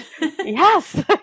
Yes